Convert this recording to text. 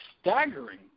staggering